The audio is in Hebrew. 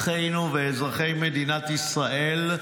אחינו ואזרחי מדינת ישראל,